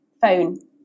phone